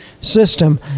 system